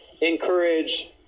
encourage